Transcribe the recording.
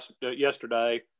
yesterday